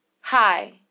Hi